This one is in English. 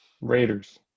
Raiders